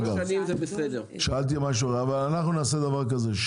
אנחנו נעשה דבר כזה,